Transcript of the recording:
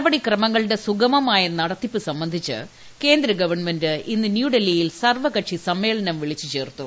നടപടിക്രമങ്ങളുടെ സുഗമമായ നടത്തിപ്പ് സംബന്ധിച്ച് കേന്ദ്രഗവൺമെന്റ് ഇന്ന് ന്യൂഡൽഹിയിൽ സർവ്വകക്ഷി സമ്മേളനം വിളിച്ചു ചേർത്തു